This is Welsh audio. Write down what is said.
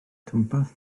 twmpath